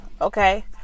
okay